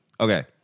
Okay